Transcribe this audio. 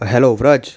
hello Vraj